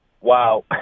Wow